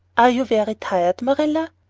are you very tired, marilla?